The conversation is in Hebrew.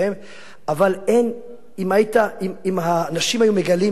אבל, אם האנשים היו מגלים את אותו עניין